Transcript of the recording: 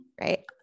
Right